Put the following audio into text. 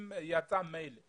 אם יצא מייל